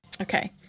okay